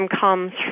comes